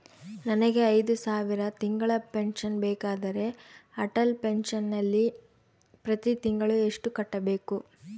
ನನಗೆ ಐದು ಸಾವಿರ ತಿಂಗಳ ಪೆನ್ಶನ್ ಬೇಕಾದರೆ ಅಟಲ್ ಪೆನ್ಶನ್ ನಲ್ಲಿ ಪ್ರತಿ ತಿಂಗಳು ಎಷ್ಟು ಕಟ್ಟಬೇಕು?